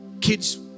kids